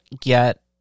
get